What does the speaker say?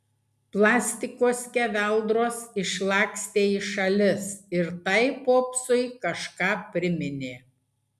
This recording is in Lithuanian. plastiko skeveldros išlakstė į šalis ir tai popsui kažką priminė